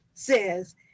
says